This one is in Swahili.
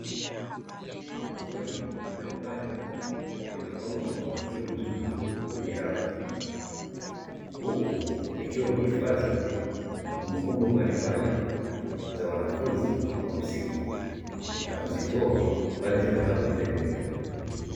Mafaili mbalimbali yamepangwa kwa mpangilio mzuri kwenye rafu, huku yakiwa yamehifadhi kumbukumbu mbalimbali za wanafunzi wa msingi na kuzitoa pale zitakapohitajika.